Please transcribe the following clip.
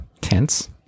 tense